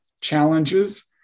challenges